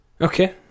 Okay